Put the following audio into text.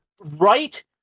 right